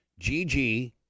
Gg